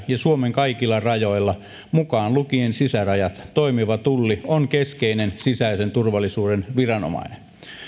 ja suomen kaikilla rajoilla mukaan lukien sisärajat toimiva tulli on keskeinen sisäisen turvallisuuden viranomainen